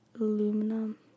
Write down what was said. Aluminum